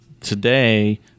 today